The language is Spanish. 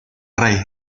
rey